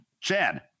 chad